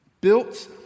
built